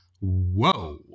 whoa